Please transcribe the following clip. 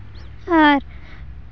ᱟᱨ